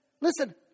listen